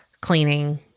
cleaning